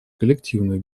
коллективную